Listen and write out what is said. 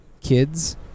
kids